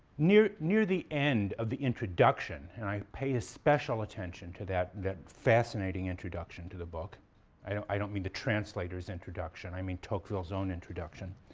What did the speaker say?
near near the end of the introduction, and i pay special attention to that fascinating introduction to the book i don't i don't mean the translator's introduction. i mean tocqueville's own introduction.